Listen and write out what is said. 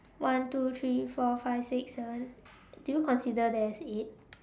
one two three four five six seven do you consider that as eight